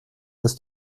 ist